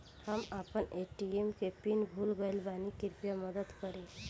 हम आपन ए.टी.एम के पीन भूल गइल बानी कृपया मदद करी